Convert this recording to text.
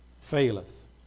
faileth